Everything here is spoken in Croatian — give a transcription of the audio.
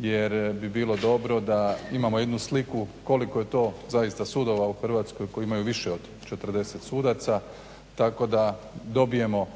jer bi bilo dobro da imamo jednu sliku koliko je to zaista sudova u Hrvatskoj koji imaju više od 40 sudaca, tako da dobijemo